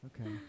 okay